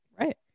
Right